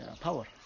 Power